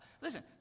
Listen